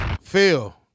Phil